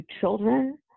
children